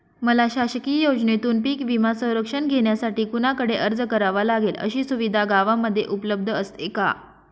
मला शासकीय योजनेतून पीक विमा संरक्षण घेण्यासाठी कुणाकडे अर्ज करावा लागेल? अशी सुविधा गावामध्ये उपलब्ध असते का?